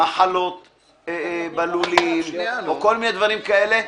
מחלות בלולים או כל מיני דברים כאלה.